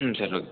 ம் சரி ஓகே